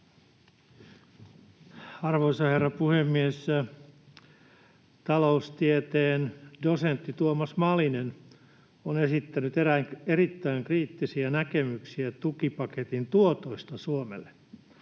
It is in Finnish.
Arvoisa herra puhemies! Taloustieteen dosentti Tuomas Malinen on esittänyt erittäin kriittisiä näkemyksiä tukipaketin tuotoista Suomelle.